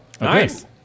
Nice